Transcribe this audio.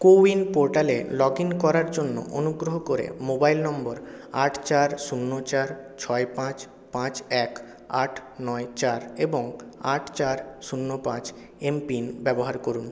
CoWIN পোর্টালে log in করার জন্য অনুগ্রহ করে মোবাইল নম্বর আট চার শূন্য চার ছয় পাঁচ পাঁচ এক আট নয় চার এবং আট চার শূন্য পাঁচ এমপিন ব্যবহার করুন